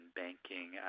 banking